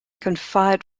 confide